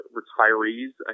retirees